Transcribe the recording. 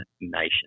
nation